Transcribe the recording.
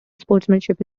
sportsmanship